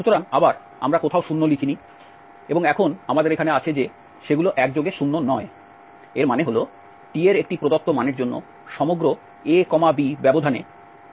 সুতরাং আবার আমরা কোথাও 0 লিখিনি এবং এখন আমাদের এখানে আছে যে সেগুলো একযোগে শূন্য নয় এর মানে হল t এর একটি প্রদত্ত মানের জন্য সমগ্র a b ব্যবধানে তারা কখনোই সকলে একযোগে শূন্য নয়